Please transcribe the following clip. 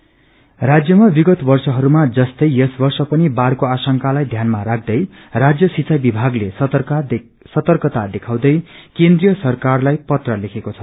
प्लड control राज्यमा विगत वर्षहरूमा जस्तै यस वर्ष पनि बाढ़को आशंकालाई ध्यानमा राख्दै राज्य सिंचाई विभागले सतर्कता देखाउँदै केन्द्रीय सरकारलाई पत्र लेखेको छ